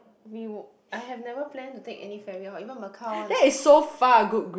we I have never planned to take any ferry out even Macau one